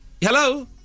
Hello